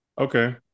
okay